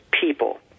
People